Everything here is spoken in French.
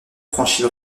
franchit